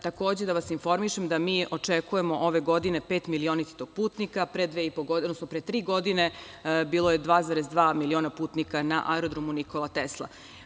Takođe, da vas informišem da očekujemo ove godine petomilionititog putnika, pre tri godine bilo je 2,2 miliona putnika na Aerodromu „Nikola Tesla“